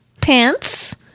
pants